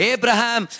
Abraham